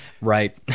Right